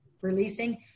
releasing